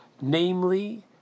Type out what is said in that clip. namely